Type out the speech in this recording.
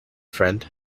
friend